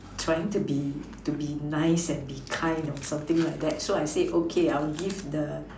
trying to be to be nice and be kind or something like that so I say okay I will give the